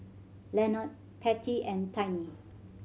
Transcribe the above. Lenord Pattie and Tiny